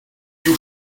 you